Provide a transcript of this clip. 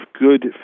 good